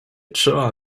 trzeba